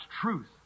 truth